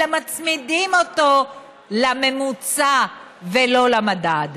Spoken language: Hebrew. אלא מצמידים אותו לשכר הממוצע ולא למדד?